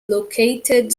located